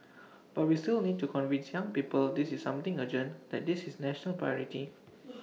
but we still need to convince young people this is something urgent that this is national priority